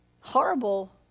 horrible